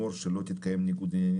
חברים שלי ללימודים,